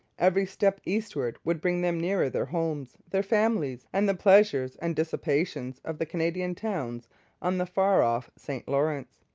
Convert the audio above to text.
every step eastward would bring them nearer their homes, their families, and the pleasures and dissipations of the canadian towns on the far-off st lawrence.